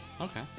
Okay